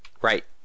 Right